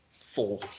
four